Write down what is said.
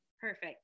Perfect